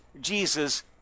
Jesus